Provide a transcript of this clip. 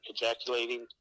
ejaculating